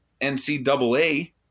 NCAA